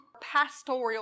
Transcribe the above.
pastoral